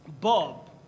Bob